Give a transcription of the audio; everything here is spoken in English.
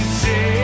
take